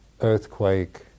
earthquake